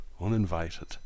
uninvited